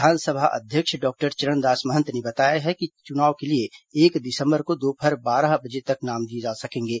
विधानसभा अध्यक्ष डॉक्टर चरणदास महंत ने बताया है कि चुनाव के लिए एक दिसंबर को दोपहर बारह बजे तक नाम दिए जा सकेंगे